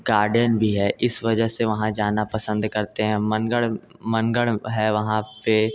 garden भी है इस वजह से वहाँ जाना पसंद करते हैं मनगढ़ मनगढ़ है वहाँ पर